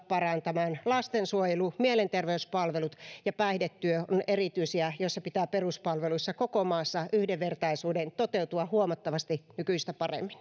parantamaan lastensuojelu mielenterveyspalvelut ja päihdetyö ovat erityisiä ja niiden osalta pitää peruspalveluissa koko maassa yhdenvertaisuuden toteutua huomattavasti nykyistä paremmin